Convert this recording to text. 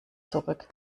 zurück